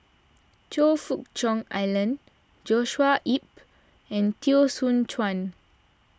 Choe Fook Cheong Alan Joshua Ip and Teo Soon Chuan